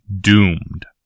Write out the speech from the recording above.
doomed